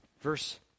Verse